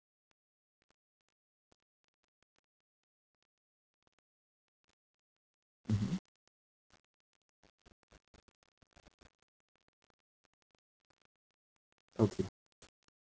mmhmm okay